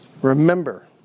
Remember